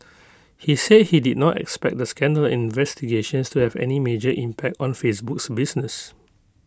he said he did not expect the scandal and investigations to have any major impact on Facebook's business